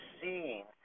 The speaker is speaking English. seeing